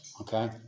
okay